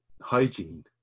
hygiene